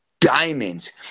diamonds